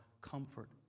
comfort